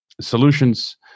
solutions